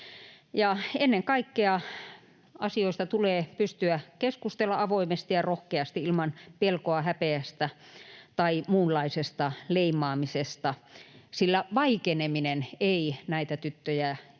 Ennen kaikkea asioista tulee pystyä keskustelemaan avoimesti ja rohkeasti ilman pelkoa häpeästä tai muunlaisesta leimaamisesta, sillä vaikeneminen ei näitä tyttöjä ja